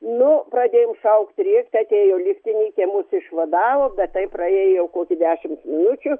nu pradėjom šaukti rėkti atėjo liftininkė mus išvadavo bet taip praėjo kokį dešimt minučių